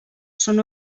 són